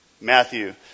Matthew